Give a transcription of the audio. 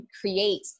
create